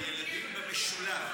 לילדים במשולב,